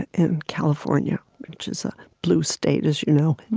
in california, which is a blue state, as you know,